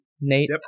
Nate